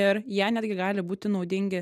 ir jie netgi gali būti naudingi